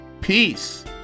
peace